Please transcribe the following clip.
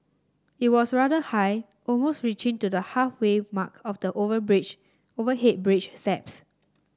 it was rather high almost reaching to the halfway mark of the over bridge overhead bridge steps